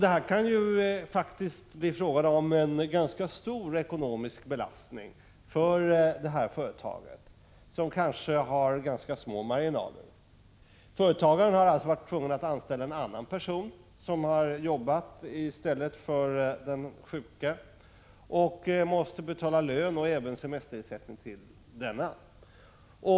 Det kan faktiskt bli fråga om en ganska betydande ekonomisk belastning för företaget, vilket kanske har små marginaler. Företagaren har varit tvungen att anställda en annan person som har arbetat i stället för den sjuke och måste betala lön och även semesterersättning till denna person.